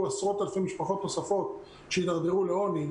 עשרות אלפי משפחות נוספות שיתדרדרו לעוני,